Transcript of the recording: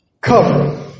cover